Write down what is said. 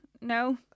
No